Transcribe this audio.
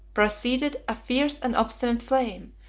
proceeded a fierce and obstinate flame,